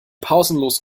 pausenlos